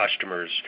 customers